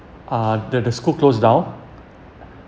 uh the the school closed down